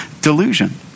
delusion